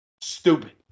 Stupid